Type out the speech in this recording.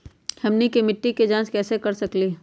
हमनी के मिट्टी के जाँच कैसे कर सकीले है?